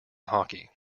hockey